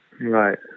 Right